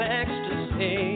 ecstasy